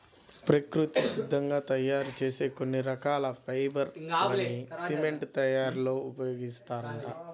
ప్రకృతి సిద్ధంగా తయ్యారు చేసే కొన్ని రకాల ఫైబర్ లని సిమెంట్ తయ్యారీలో ఉపయోగిత్తారంట